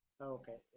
Okay